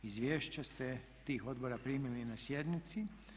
Izvješća ste tih odbora primili na sjednici.